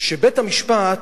שבית-המשפט